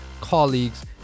colleagues